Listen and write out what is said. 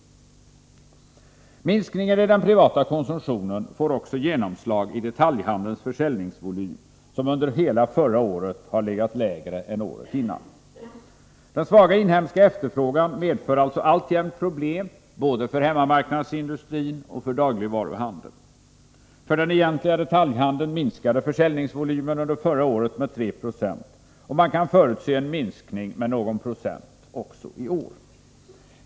Minskning i den privata konsumtionen får också genomslag i detaljhandelns försäljningsvolym, som under hela förra året har legat lägre än året innan. Den svaga inhemska efterfrågan medför alltså alltjämt problem både för hemmamarknadsindustrin och för dagligvaruhandeln. För den egentliga detaljhandeln minskade försäljningsvolymen under förra året med 3 20, och man kan förutse en minskning med någon procent också i år.